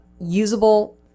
usable